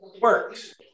Works